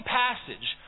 passage